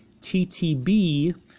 TTB